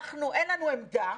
אין לנו עמדה,